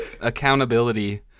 accountability